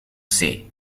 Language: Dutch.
zee